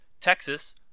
Texas